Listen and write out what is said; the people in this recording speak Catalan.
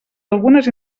algunes